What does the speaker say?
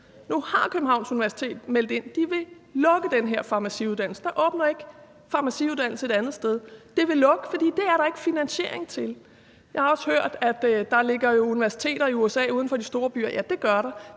Nu har Københavns Universitet meldt ind, at de vil lukke den her farmaciuddannelse, og der åbner ikke en farmaciuddannelse et andet sted. De vil lukke den, fordi der ikke er finansiering til den. Jeg har også hørt, at der jo ligger universiteter i USA uden for de store byer – ja, det gør der,